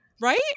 right